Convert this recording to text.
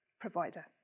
provider